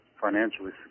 financially